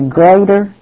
greater